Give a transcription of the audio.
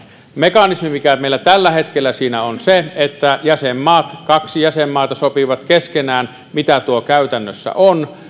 mekanismi mikä meillä on tällä hetkellä siinä on se että kaksi jäsenmaata sopii keskenään mitä tuo käytännössä on